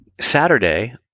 Saturday